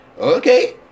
okay